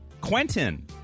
Quentin